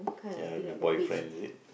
ya with your boyfriend is it